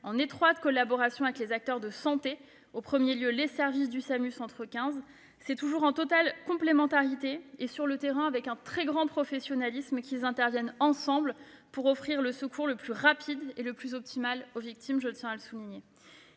en étroite collaboration avec les acteurs de santé, en premier lieu les services du SAMU-centre 15. C'est toujours en totale complémentarité et avec un grand professionnalisme qu'ils interviennent, ensemble, pour offrir le secours le plus rapide et le plus optimal aux victimes. Je tiens à le souligner.